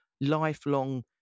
lifelong